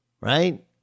right